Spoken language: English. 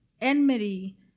enmity